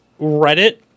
Reddit